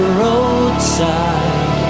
roadside